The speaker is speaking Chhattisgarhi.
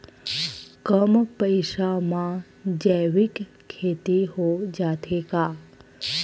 कम पईसा मा जैविक खेती हो जाथे का?